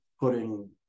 Putting